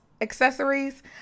accessories